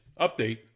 update